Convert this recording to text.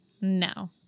No